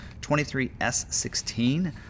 23S16